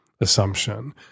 assumption